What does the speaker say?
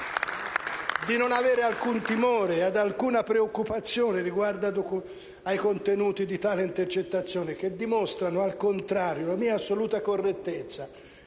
di non avere alcun timore ed alcuna preoccupazione riguardo ai contenuti di tali intercettazioni che dimostrano, al contrario, la mia assoluta correttezza;